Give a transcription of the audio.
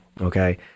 okay